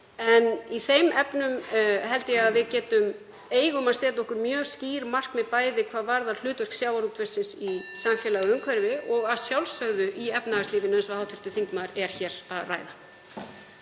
En í þeim efnum held ég að við eigum að setja okkur mjög skýr markmið, bæði hvað varðar hlutverk sjávarútvegsins í samfélagi og umhverfi og að sjálfsögðu í efnahagslífinu, eins og hv. þingmaður er hér að ræða.